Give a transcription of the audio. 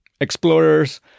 explorers